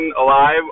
alive